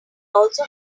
also